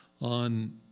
on